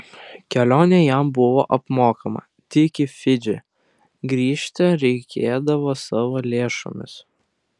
kelionė jam buvo apmokama tik į fidžį grįžti reikėdavo savo lėšomis